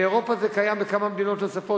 באירופה זה קיים בכמה מדינות נוספות,